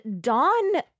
Dawn